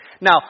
Now